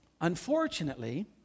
unfortunately